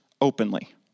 openly